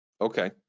Okay